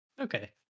Okay